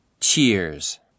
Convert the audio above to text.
Cheers